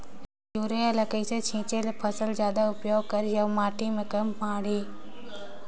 Urea ल कइसे छीचे ल फसल जादा उपयोग करही अउ माटी म कम माढ़ही?